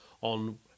on